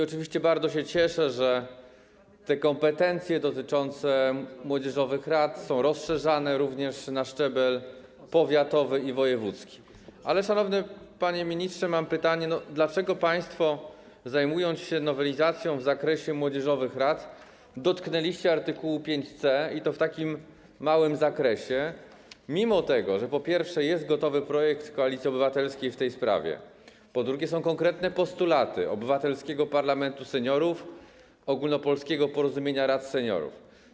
Oczywiście bardzo się cieszę, że te kompetencje dotyczące młodzieżowych rad są rozszerzane również na szczebel powiatowy i wojewódzki, ale, szanowny panie ministrze, mam pytanie, dlaczego państwo, zajmując się nowelizacją w zakresie młodzieżowych rad, dotknęliście art. 5c, i to w tak małym zakresie, mimo że, po pierwsze, jest gotowy projekt Koalicji Obywatelskiej w tej sprawie, po drugie, są konkretne postulaty Obywatelskiego Parlamentu Seniorów i ogólnopolskiego porozumienia rad seniorów.